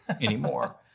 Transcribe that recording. anymore